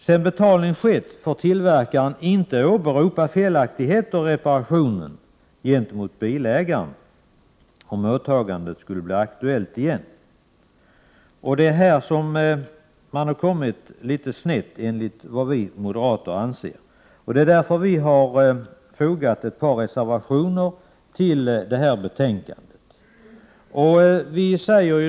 Sedan betalning skett får tillverkaren inte åberopa felaktigheter i reparationen gentemot bilägaren, om åtagandet skulle bli aktuellt igen. Det är här man har kommit litet snett, enligt vad vi moderater anser. Det är därför vi har fogat ett par reservationer till detta betänkande.